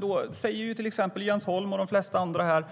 Då säger Jens Holm och de flesta andra